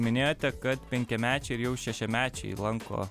minėjote kad penkiamečiai ir jau šešiamečiai lanko